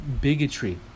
bigotry